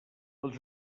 els